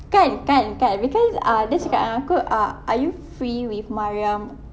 kan kan kan because ah dia cakap dengan aku uh are you free with mariam